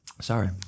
sorry